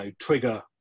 trigger